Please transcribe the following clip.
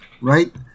right